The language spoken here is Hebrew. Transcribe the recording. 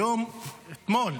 היום, אתמול,